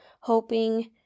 hoping